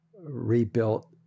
rebuilt